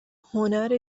هنر